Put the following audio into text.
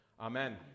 Amen